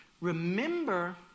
Remember